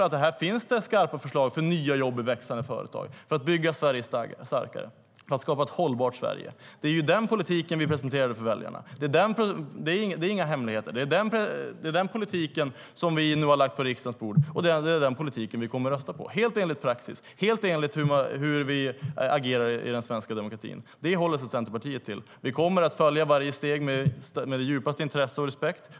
I den finns det skarpa förslag om nya jobb i växande företag för att bygga Sverige starkare, för att skapa ett hållbart Sverige. Den är den politiken vi presenterar för väljarna, det är inga hemligheter. Det är den politiken som vi nu har lagt på riksdagens bord, och det är den politiken som vi kommer att rösta på, helt enligt praxis för hur man agerar i den svenska demokratin. Det är åt det hållet som Centerpartiet vill gå. Vi kommer att följa varje steg med det djupaste intresse och respekt.